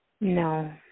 No